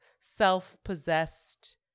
self-possessed